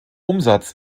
umsatz